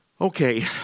Okay